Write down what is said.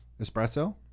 Espresso